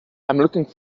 looking